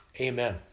amen